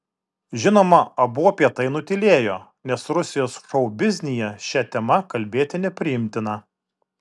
žinoma abu apie tai nutylėjo nes rusijos šou biznyje šia tema kalbėti nepriimtina